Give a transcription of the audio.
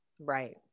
Right